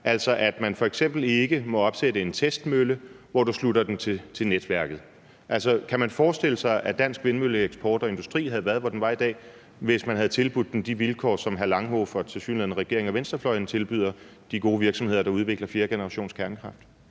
altså at man f.eks. ikke måtte opsætte en testmølle, som skulle sluttes til netværket? Kan man forestille sig, at dansk vindmølleeksport og -industri havde været, hvor den var i dag, hvis man havde tilbudt den de vilkår, som hr. Rasmus Horn Langhoff og tilsyneladende regeringen og venstrefløjen tilbyder de gode virksomheder, der udvikler fjerdegenerationskernekraft?